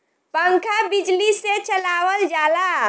पंखा बिजली से चलावल जाला